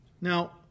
Now